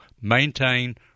maintain